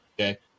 okay